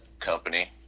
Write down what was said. company